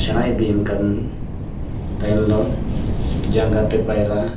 ᱥᱮᱬᱟ ᱤᱫᱤᱭᱮᱱ ᱠᱷᱟᱱ ᱛᱟᱭᱚᱢ ᱫᱚ ᱡᱟᱸᱜᱟᱛᱮ ᱯᱟᱭᱨᱟ